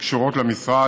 שקשורות למשרד,